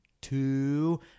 two